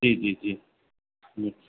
जी जी जी हूं